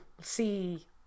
see